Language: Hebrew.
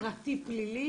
פרטי פלילי?